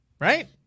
right